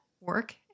work